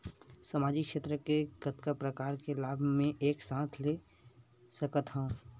सामाजिक क्षेत्र के कतका प्रकार के लाभ मै एक साथ ले सकथव?